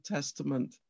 Testament